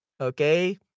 Okay